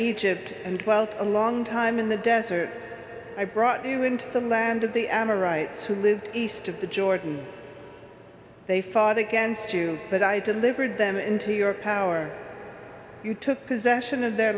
egypt and well a long time in the desert i brought you into the land of the amorites who lived east of the jordan they fought against you but i delivered them into your power you took possession of their